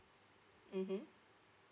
mmhmm